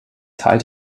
teil